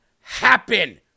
happen